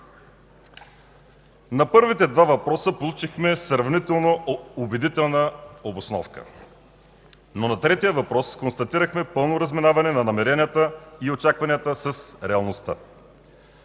На първите два въпроса получихме сравнително убедителна обосновка, но на третия въпрос констатирахме пълно разминаване на намеренията и очакванията с реалността.